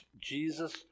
Jesus